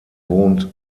wohnt